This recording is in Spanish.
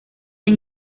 han